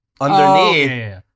underneath